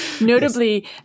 notably